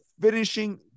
finishing